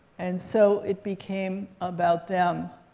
and so, it became about them.